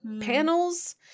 panels